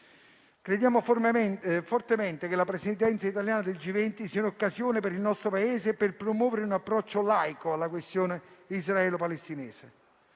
Crediamo fortemente che la Presidenza italiana del G20 sia l'occasione per il nostro Paese per promuovere un approccio laico alla questione israelo-palestinese.